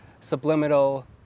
subliminal